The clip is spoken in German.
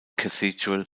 cathedral